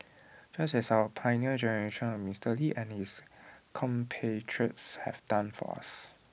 just as our Pioneer Generation of Mister lee and his compatriots have done for us